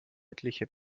etliche